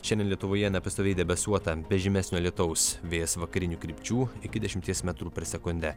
šiandien lietuvoje nepastoviai debesuota be žymesnio lietaus vėjas vakarinių krypčių iki dešimties metrų per sekundę